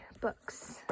books